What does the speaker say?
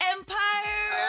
Empire